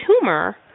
tumor